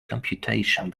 computation